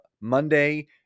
Monday